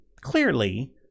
clearly